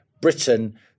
Britain